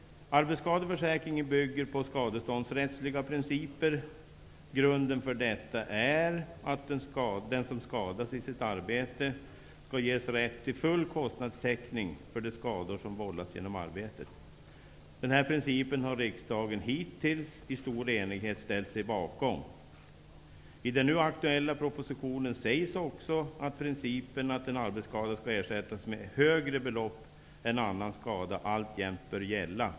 Arbetsskadeförsäkringen bygger på skadeståndsrättsliga principer. Grunden för detta är att den som skadas i sitt arbete skall ges rätt till full kostnadstäckning för de skador som vållats genom arbetet. Den här principen har riksdagen hittills i stor enighet ställt sig bakom. I den nu aktuella propositionen sägs också att principen att en arbetsskada skall ersättas med högre belopp än annan skada alltjämt bör gälla.